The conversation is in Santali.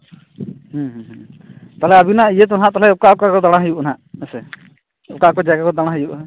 ᱦᱮᱸ ᱦᱮᱸ ᱛᱟᱦᱚᱞᱮ ᱟᱹᱵᱤᱱᱟᱜ ᱤᱭᱟᱹ ᱛᱚ ᱱᱟᱦᱟᱜ ᱚᱠᱟ ᱚᱠᱟ ᱠᱚᱨᱮᱜ ᱫᱟᱲᱟᱱ ᱦᱩᱭᱩᱜᱼᱟ ᱦᱟᱸᱜ ᱦᱮᱸ ᱥᱮ ᱚᱠᱟ ᱚᱠᱟ ᱡᱟᱭᱜᱟ ᱠᱚ ᱫᱟᱲᱟᱱ ᱦᱩᱭᱩᱜᱼᱟ